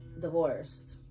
divorced